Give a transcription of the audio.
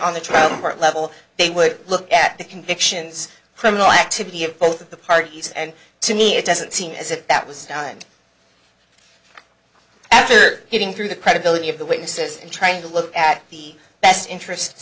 on the trial court level they would look at the convictions criminal activity of both of the parties and to me it doesn't seem as if that was done after getting through the credibility of the witnesses and trying to look at the best interest